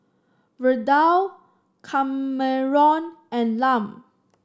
Verdell Kameron and Lum